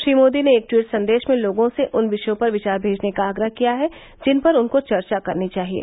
श्री मोदी ने एक ट्वीट संदेश में लोगों से उन विषयों पर विचार भेजने का आग्रह किया है जिन पर उनको चर्चा करनी चाहिये